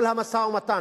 כל המשא-ומתן,